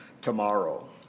tomorrow